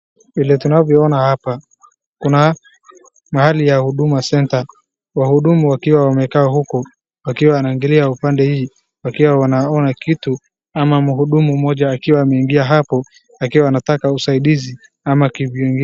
Vile tunavyoona hapa kuna mahali ya Huduma centre, wahudumu wakiwa wamekaa huku wakiwa wanaangalia upande hii wakiwa wanaona kitu amma mhudumu moja akiwa ameingia hapo akiwa anataka usaidizi ama kitu ingine.